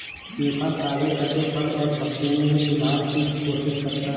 निफा, ताजे कटे फल और सब्जियों में भी सुधार की कोशिश करता है